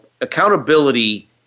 accountability